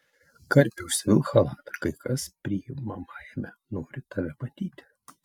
karpi užsivilk chalatą kai kas priimamajame nori tave matyti